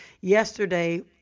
yesterday